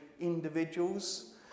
individuals